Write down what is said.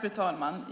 Fru talman!